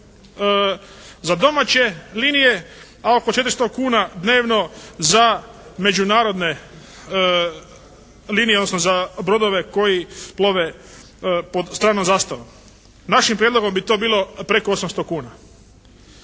za domaće linije, a oko 400 kuna dnevno za međunarodne linije odnosno za brodove koji plove pod stranim zastavama. Našim prijedlogom bi to bilo preko 800 kuna.